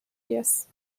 yes